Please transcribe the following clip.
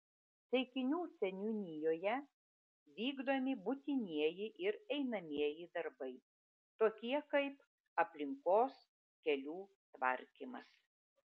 ceikinių seniūnijoje vykdomi būtinieji ir einamieji darbai tokie kaip aplinkos kelių tvarkymas